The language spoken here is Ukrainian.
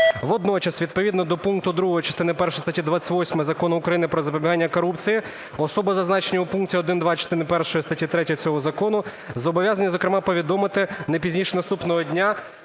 Водночас відповідно до пункту 2 частини першої статті 28 Закону України "Про запобігання корупції" особи, зазначені у пункті 1, 2 частини першої статті 3 цього закону, зобов'язані, зокрема, повідомити не пізніше наступного дня,